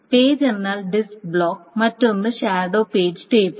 page എന്നാൽ disk block മറ്റൊന്ന് shadow page table